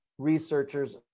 researchers